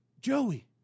Joey